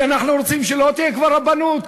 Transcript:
כי אנחנו רוצים שלא תהיה כבר רבנות,